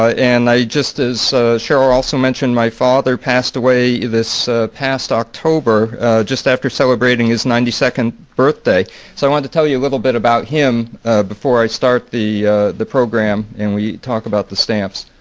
and just as cheryl also mentioned, my father passed away this past october just after celebrating his ninety second birthday. so i want to tell you a little bit about him before i start the the program and we talk about the stamps.